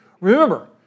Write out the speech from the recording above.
Remember